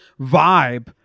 vibe